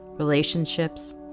relationships